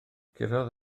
curodd